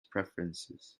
preferences